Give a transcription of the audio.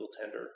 tender